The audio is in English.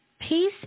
Peace